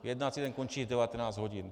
Jednací den končí v 19 hodin.